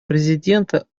президент